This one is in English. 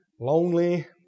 lonely